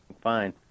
fine